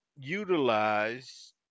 utilize